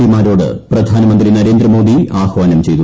P മാരോട് പ്രധാനമന്ത്രി നരേന്ദ്രമോദി ആഹ്വാധം ചെയ്തു